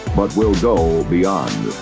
but will go beyond.